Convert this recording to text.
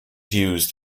used